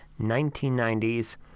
1990s